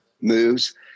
moves